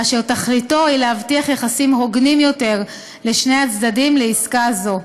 אשר תכליתו היא להבטיח יחסים הוגנים יותר לשני הצדדים לעסקה זו.